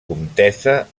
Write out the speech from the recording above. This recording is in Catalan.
comtessa